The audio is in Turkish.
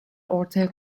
ortaya